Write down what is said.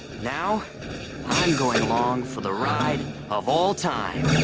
now, i'm going along for the ride of all time.